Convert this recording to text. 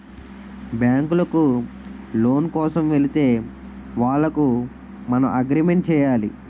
బ్యాంకులకు లోను కోసం వెళితే వాళ్లకు మనం అగ్రిమెంట్ చేయాలి